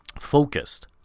focused